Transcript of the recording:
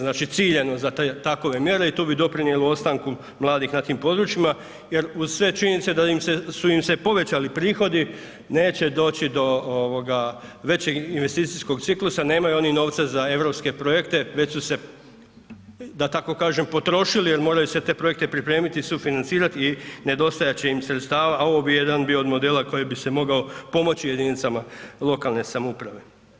Znači ciljano za takove mjere i tu bi doprinijelo ostanku mladih na tim područjima jer uz sve činjenice da im se, su im se povećali prihodi neće doći do većeg investicijskog ciklusa, nemaju oni novca za EU projekte već su se da tako kažem, potrošili jer moraju sve te projekte pripremiti, sufinancirati i nedostajat će im sredstava, a ovo bi jedan bio od modela koji bi se mogao pomoći jedinicama lokalne samouprave.